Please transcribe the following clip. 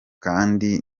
kandi